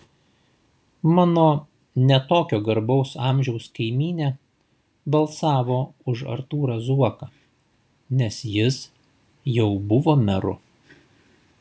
mano ne tokio garbaus amžiaus kaimynė balsavo už artūrą zuoką nes jis jau buvo meru